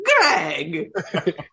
Greg